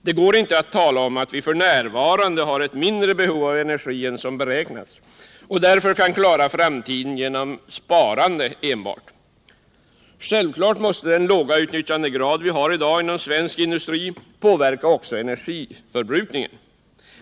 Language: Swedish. Det går inte att säga att vi f. n. har mindre behov av energi än vad som beräknats och att vi därför kan klara framtiden genom enbart sparande. Självfallet måste den låga utnyttjandegraden i dag inom svensk industri också påverka energiförbrukningen.